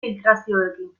filtrazioekin